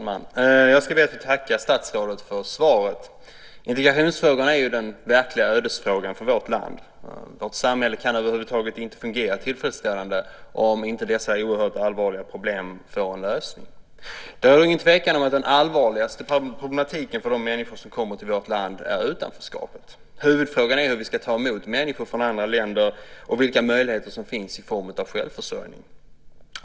Fru talman! Jag ska be att få tacka statsrådet för svaret. Integrationsfrågorna är den verkliga ödesfrågan för vårt land. Vårt samhälle kan över huvud taget inte fungera tillfredsställande om inte dessa oerhört allvarliga problem får en lösning. Det råder inget tvivel om att det allvarligaste problemet för de människor som kommer till vårt land är utanförskapet. Huvudfrågan är hur vi ska ta emot människor från andra länder och vilka möjligheter som finns i form av självförsörjning.